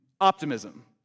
optimism